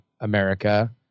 America